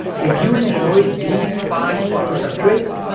if you enjoyed these five photoshop tricks,